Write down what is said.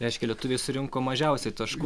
reiškia lietuviai surinko mažiausiai taškų